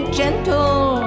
gentle